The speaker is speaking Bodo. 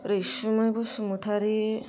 रैसुमै बसुमतारी